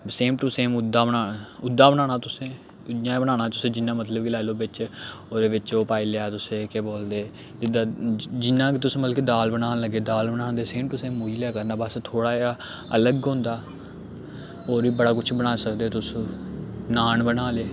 same to same उद्दा बनाना उद्दा बनाना तुसें इ'यां गै बनाना तुसें जियां मतलब लाई लै बिच्च ओह्दे बिच्च ओह् पाई लेआ तुसें केह् बोलदे जियां कि तुस मतलब कि दाल बनान लग्गे दाल बनान दे सेम टू सेम उ'यै लेहा करना बस थोह्ड़ा जेहा अलग होंदा होर बी बड़ा कुछ बनाई सकदे तुस नान बना ले